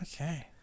Okay